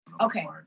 Okay